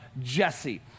Jesse